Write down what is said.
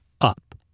up